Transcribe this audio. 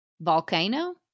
Volcano